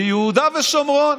ביהודה ושומרון.